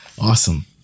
Awesome